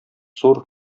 зур